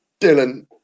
Dylan